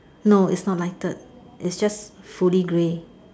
no it's not lighted it's just fully grey